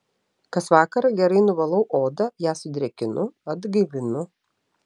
kas vakarą gerai nuvalau odą ją sudrėkinu atgaivinu